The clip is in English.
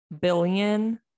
billion